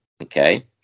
Okay